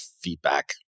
feedback